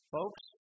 Folks